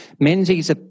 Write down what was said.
Menzies